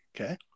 okay